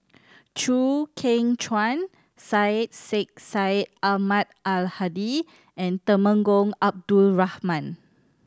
Chew Kheng Chuan Syed Sheikh Syed Ahmad Al Hadi and Temenggong Abdul Rahman